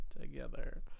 together